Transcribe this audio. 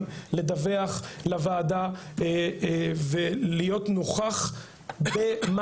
לגבי חופש אקדמי אני רוצה להגיד לך דבר בידידות,